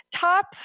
Top